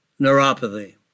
neuropathy